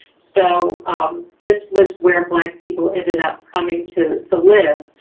so this was where black people ended up coming to to live.